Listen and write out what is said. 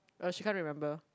oh she can't remember